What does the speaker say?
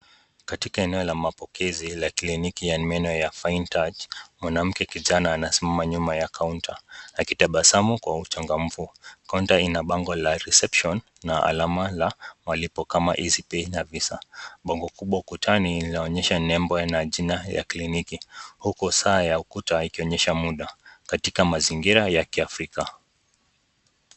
Katika eneo la mapokezi la kliniki ya meno ya 'Fine Touch', mwanamke kijana anasimama nyuma ya kaunta akitabasamu kwa uchangamfu .Kaunta hii ina bango la 'Reception' na alama la malipo kama 'Easy Pay' na 'Visa' .Bango kubwa kutani linaonyesha nembo na jina ya kliniki ,huku saa ya ukuta ikionyesha muda katika mazingira ya kiafrika.